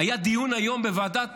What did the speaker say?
היה דיון היום בוועדת